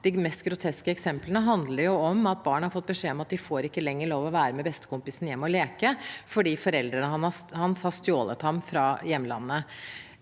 De mest groteske eksemplene handler om at barn har fått beskjed om at de ikke lenger får lov å være med bestekompisen hjem for å leke fordi foreldrene har stjålet ham fra hjemlandet